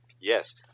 Yes